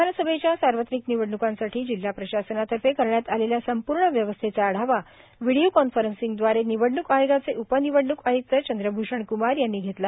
विधानसभेच्या सार्वत्रिक निवडणूकीसाठी जिल्हा प्रशासनातर्फे करण्यात आलेल्या संपूर्ण व्यवस्थेचा आढावा व्हिडीओ कान्फरसींग व्दारे निवडणूक आयोगाचे उपनिवडणूक आय्क्त चंद्रभूषण क्मार यांनी घेतला